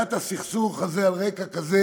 צביעת הסכסוך הזה על רקע כזה